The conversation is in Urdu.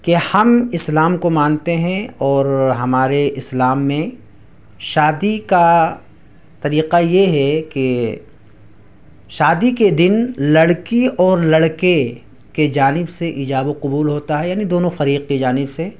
کہ ہم اسلام کو مانتے ہیں اور ہمارے اسلام میں شادی کا طریقہ یہ ہے کہ شادی کے دن لڑکی اور لڑکے کے جانب سے ایجاب و قبول ہوتا ہے یعنی دونوں فریق کی جانب سے